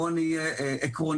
בואו נהיה עקרוניים,